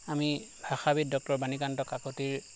আমি ভাষাবিদ ডক্টৰ বাণীকান্ত কাকতিৰ